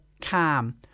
calm